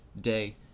Day